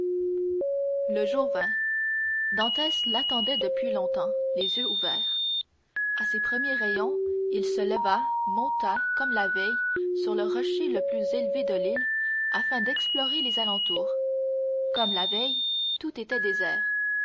le jour vint dantès l'attendait depuis longtemps les yeux ouverts à ses premiers rayons il se leva monta comme la veille sur le rocher le plus élevé de l'île afin d'explorer les alentours comme la veille tout était désert